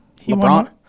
LeBron